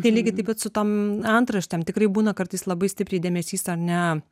tai lygiai taip pat su tom antraštėm tikrai būna kartais labai stipriai dėmesys ar ne